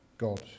God